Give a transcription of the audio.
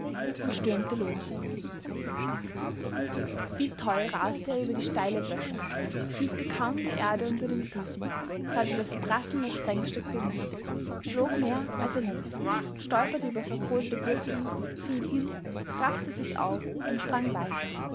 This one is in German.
und stürmte los wie toll raste er über die steile böschung fühlte kaum die erde unter den füßen hörte das prasseln der sprengstücke nicht flog mehr als er lief stolperte über verkohlte wurzeln fiel hin raffte sich auf und sprang weiter